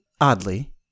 oddly